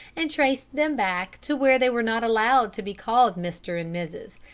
and traced them back to where they were not allowed to be called mr. and mrs,